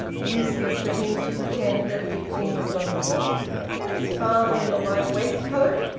useless for him to pretend that a big thing was not afoot and his father in a white waistcoat!